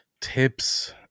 Tips